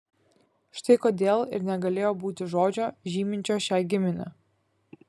štai kodėl ir negalėjo būti žodžio žyminčio šią giminę